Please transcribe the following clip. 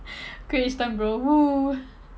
great eastern bro !woo!